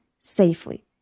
safely